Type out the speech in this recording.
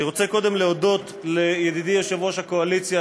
אני רוצה קודם להודות לידידי יושב-ראש הקואליציה,